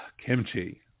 kimchi